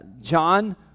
John